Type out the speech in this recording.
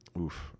oof